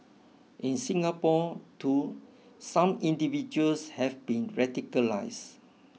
in Singapore too some individuals have been radicalised